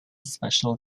special